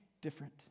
different